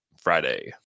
Friday